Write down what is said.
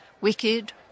Wicked